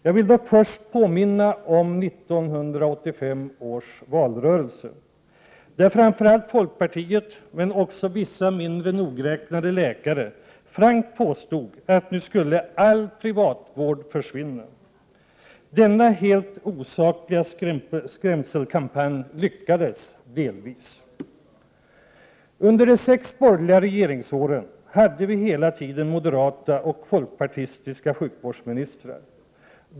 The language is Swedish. Jag vill då först påminna om 1985 års valrörelse, där framför allt folkpartiet men också vissa mindre nogräknade läkare frankt påstod att nu skulle all privatvård försvinna. Denna helt osakliga skrämselkampanj lyckades också delvis. Under de sex borgerliga regeringsåren hade vi hela tiden moderata och folkpartistiska sjukvårdsministrar.